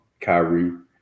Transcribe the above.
Kyrie